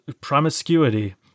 promiscuity